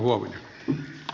arvoisa puhemies